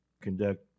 conduct